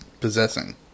possessing